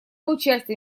участие